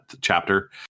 chapter